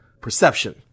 perception